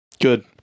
Good